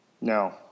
No